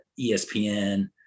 ESPN